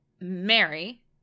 Mary